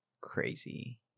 crazy